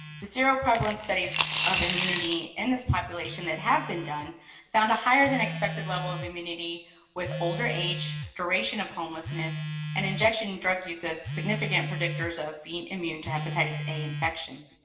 the serum prevlance studies of immunity in this population that have been done found a higher than expected level of immunity with older age duration of homelessness and injection drug use as significant predictors of being immune to hepatitis a infection.